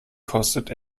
kostet